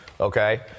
Okay